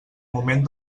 moment